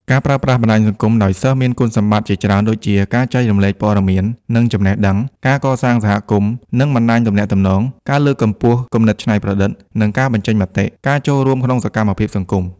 ការប្រើប្រាស់បណ្ដាញសង្គមដោយសិស្សមានគុណសម្បត្តិជាច្រើនដូចជា ការចែករំលែកព័ត៌មាន និងចំណេះដឹង ការកសាងសហគមន៍ និងបណ្ដាញទំនាក់ទំនង ការលើកកម្ពស់គំនិតច្នៃប្រឌិត និងការបញ្ចេញមតិ ការចូលរួមក្នុងសកម្មភាពសង្គម។